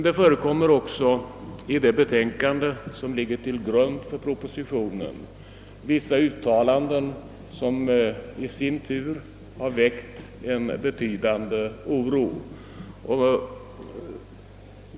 Det förekommer emellertid i det betänkande som ligger till grund för propositionen vissa uttalanden som i sin tur har väckt stor oro.